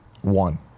One